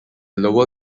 lower